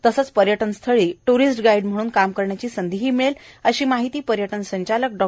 तसंच पर्यटनस्थळी tourist guide म्हणून काम करण्याची संधी मिळेल अशी माहिती पर्यटन संचालक डॉ